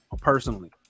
personally